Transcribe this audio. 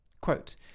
Quote